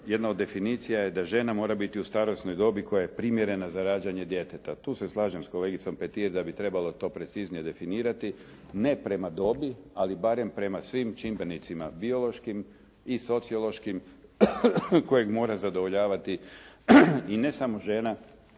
Jedna od definicija je da žena mora biti u starosnoj dobi koja je primjerena za rađanje djeteta. Tu se slažem sa kolegicom Petir da bi to trebalo preciznije definirati ne prema dobi, ali barem prema svim čimbenicima biološkim i sociološkim kojeg mora zadovoljavati i ne samo žena,